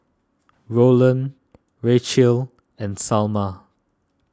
Roland Racheal and Salma